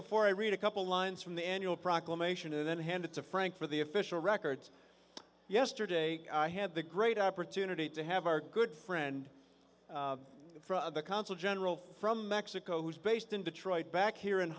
before i read a couple lines from the annual proclamation and then hand it to frank for the official records yesterday i had the great opportunity to have our good friend the consul general from mexico who is based in detroit back here in